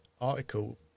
article